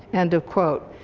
end of quote.